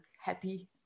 happy